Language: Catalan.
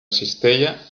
cistella